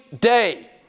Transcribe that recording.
day